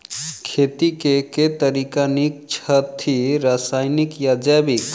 खेती केँ के तरीका नीक छथि, रासायनिक या जैविक?